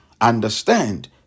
understand